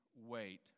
wait